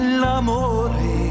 l'amore